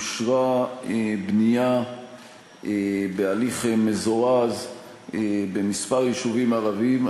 אושרה בנייה בהליך מזורז בכמה יישובים ערביים.